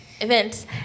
events